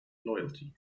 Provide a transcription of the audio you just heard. loyalty